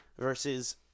versus